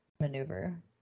maneuver